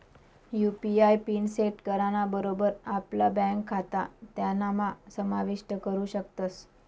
UPI PIN set कराना बरोबर आपला ब्यांक खातं त्यानाम्हा समाविष्ट करू शकतस